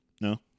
No